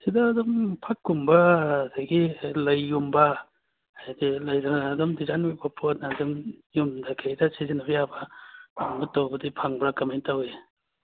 ꯁꯤꯗ ꯑꯗꯨꯝ ꯐꯛꯀꯨꯝꯕ ꯑꯗꯒꯤ ꯂꯩꯒꯨꯝꯕ ꯍꯥꯏꯗꯤ ꯂꯩꯗꯅ ꯑꯗꯨꯝ ꯗꯤꯖꯥꯏꯟ ꯑꯣꯏꯕ ꯄꯣꯠꯅ ꯑꯗꯨꯝ ꯌꯨꯝꯗ ꯀꯩꯗ ꯁꯤꯖꯤꯟꯅꯕ ꯌꯥꯕ ꯐꯪꯕ ꯇꯧꯕꯗꯤ ꯐꯪꯕ꯭ꯔꯥ ꯀꯃꯥꯏ ꯇꯧꯋꯤ